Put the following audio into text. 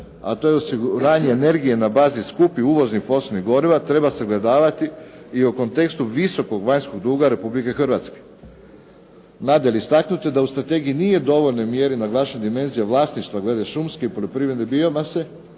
a to je osiguranje energije na bazi skupih uvoznih fosilnih goriva, treba sagledavati i u kontekstu visokog vanjskog duga Republike Hrvatske. Nadalje, istaknuto je da u strategiji nije u dovoljnoj mjeri naglašena dimenzija vlasništva glede šumske i poljoprivredne biomase,